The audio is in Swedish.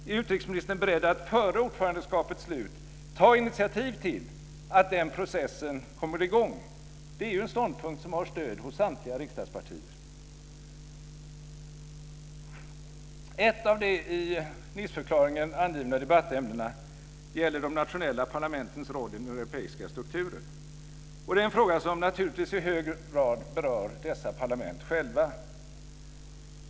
Är utrikesministern beredd att före ordförandeskapets slut ta initiativ till att den processen kommer i gång - det är ju en ståndpunkt som har stöd hos samtliga riksdagspartier? Ett av de i Niceförklaringen angivna debattämnena gäller de nationella parlamentens roll i den europeiska strukturen. Det är en fråga som naturligtvis i hög grad berör dessa parlament själva.